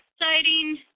exciting